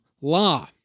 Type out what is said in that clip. law